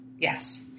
Yes